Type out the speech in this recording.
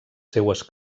seues